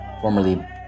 formerly